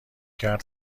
کرد